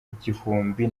igihumbi